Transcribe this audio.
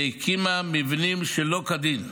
והקימה מבנים שלא כדין.